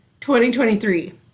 2023